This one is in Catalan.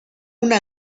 una